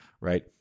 right